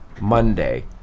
Monday